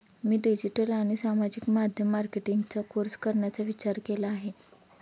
मी digital आणि सामाजिक माध्यम मार्केटिंगचा कोर्स करण्याचा विचार केला आहे